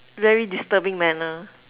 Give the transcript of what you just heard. very disturbing manner